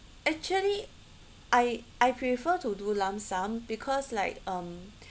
actually I I prefer to do lump sum because like um